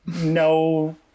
no